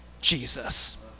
Jesus